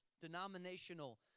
Denominational